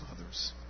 others